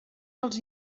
als